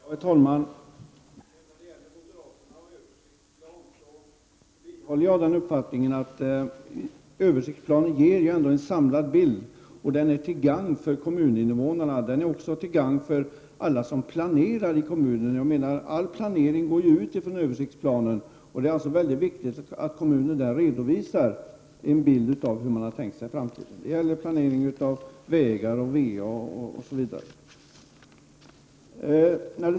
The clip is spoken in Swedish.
Herr talman! Jag vänder mig till moderaterna när jag vidhåller min uppfattning att översiktsplanen ändå ger en samlad bild till gagn för kommuninvånarna och för alla som planerar i kommunen. All planering utgår ju från översiktsplanen. Det är viktigt att kommunen redovisar en bild av hur man har tänkt sig framtida vägar, vatten och avlopp osv.